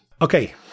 okay